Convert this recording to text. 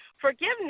Forgiveness